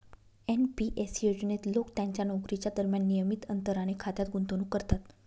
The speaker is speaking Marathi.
एन.पी एस योजनेत लोक त्यांच्या नोकरीच्या दरम्यान नियमित अंतराने खात्यात गुंतवणूक करतात